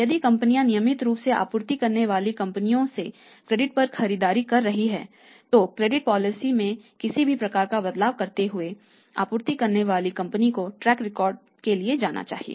यदि कंपनियां नियमित रूप से आपूर्ति करने वाली कंपनी से क्रेडिट पर खरीदारी कर रही हैं तो क्रेडिट पॉलिसी में किसी भी प्रकार का बदलाव करते हुए आपूर्ति करने वाली कंपनी को ट्रैक रिकॉर्ड के लिए जाना चाहिए